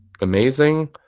amazing